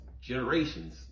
generations